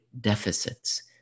deficits